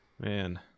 Man